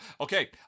okay